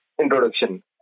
introduction